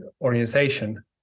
organization